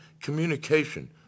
communication